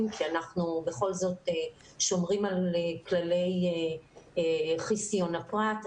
כי אנחנו בכל זאת שומרים על כללי חסיון הפרט.